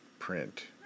print